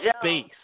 space